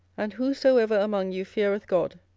and whosoever among you feareth god,